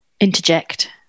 interject